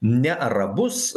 ne arabus